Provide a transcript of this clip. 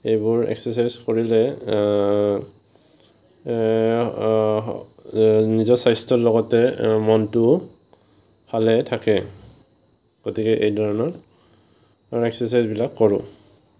এইবোৰ এক্সাৰচাইজ কৰিলে নিজৰ স্বাস্থ্যৰ লগতে মনটোও ভালে থাকে গতিকে এই ধৰণৰ এক্সাৰচাইজবিলাক কৰোঁ